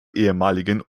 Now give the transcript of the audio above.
ehemaligen